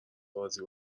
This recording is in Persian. راضی